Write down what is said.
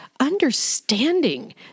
understanding